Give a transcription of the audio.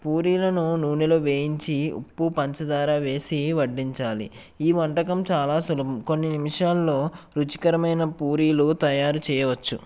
పూరీలను నూనెలో వేయించి ఉప్పు పంచదార వేసి వడ్డించాలి ఈ వంటకం చాలా సులభం కొన్ని నిమిషాల్లో రుచికరమైన పూరీలు తయారు చేయవచ్చు